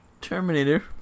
Terminator